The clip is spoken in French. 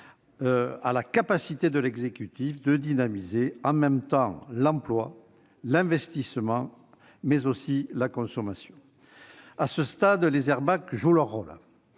à la capacité de l'exécutif de dynamiser en même temps l'emploi, l'investissement et la consommation. À ce stade, les « airbags » jouent leur rôle.